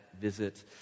visit